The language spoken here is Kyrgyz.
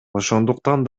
ошондуктан